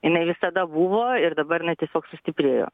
jinai visada buvo ir dabar jinai tiesiog sustiprėjo